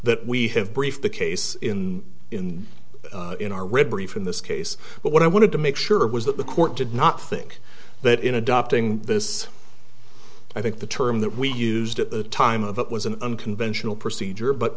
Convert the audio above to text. that we have briefed the case in in in our red brief in this case but what i wanted to make sure of was that the court did not think that in adopting this i think the term that we used at the time of the it was an unconventional procedure but